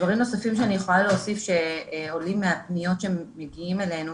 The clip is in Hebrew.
דברים נוספים שאני יכולה להוסיף שעולים מהפניות שמגיעות אלינו.